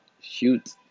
Shoot